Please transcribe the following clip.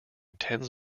tens